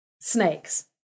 snakes